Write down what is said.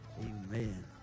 Amen